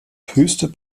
höchster